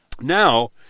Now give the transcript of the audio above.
Now